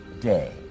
day